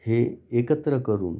हे एकत्र करून